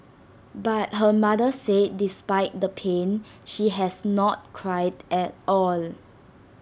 but her mother said despite the pain she has not cried at all